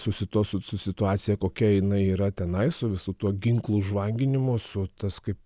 su situacija kokia jinai yra tenai su visu tuo ginklų žvanginimu su tas kaip